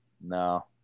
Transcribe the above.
no